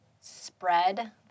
spread